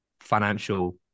financial